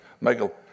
Michael